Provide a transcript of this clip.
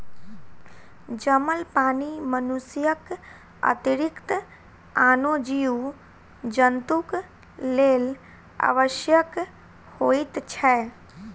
जमल पानि मनुष्यक अतिरिक्त आनो जीव जन्तुक लेल आवश्यक होइत छै